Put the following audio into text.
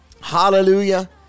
Hallelujah